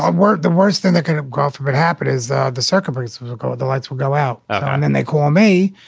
um word? the worst thing that kind of growth would happen is the the circum rates will will go up, the lights will go out and and they call me.